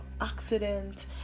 accident